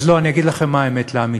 אז לא, אני אגיד לכם מה האמת לאמיתה: